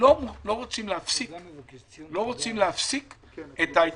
לא רוצים להפסיק את ההתמחות.